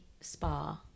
spa